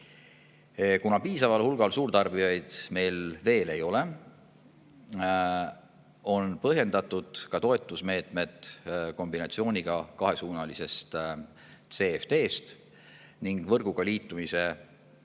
Kuna piisaval hulgal suurtarbijaid meil veel ei ole, on põhjendatud ka toetusmeetmed kombinatsiooniga kahesuunalisest CFD-st ning võrguga liitumise tasude